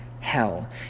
hell